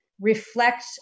reflect